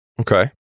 Okay